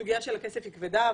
הסוגיה של הכסף היא כבדה,